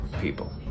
people